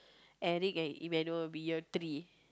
Eric and Emmanuel will be year three